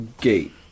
gate